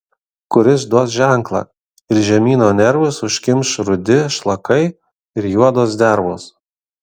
kuris duos ženklą ir žemyno nervus užkimš rudi šlakai ir juodos dervos